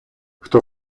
хто